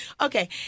Okay